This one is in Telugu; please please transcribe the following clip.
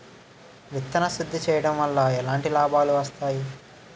విత్తన శుద్ధి చేయడం వల్ల ఎలాంటి లాభాలు వస్తాయి?